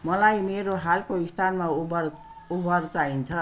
मलाई मेरो हालको स्थानमा उबर उबर चाहिन्छ